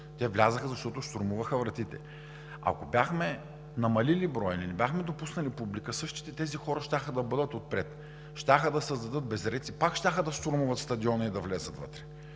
Те влязоха, защото щурмуваха вратите. Ако бяхме намалили броя или не бяхме допуснали публика, същите тези хора щяха да бъдат отпред, щяха да създадат безредици, пак щяха да щурмуват стадиона и да влязат вътре.